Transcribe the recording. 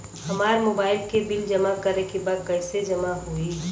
हमार मोबाइल के बिल जमा करे बा कैसे जमा होई?